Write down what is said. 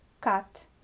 cut